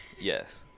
Yes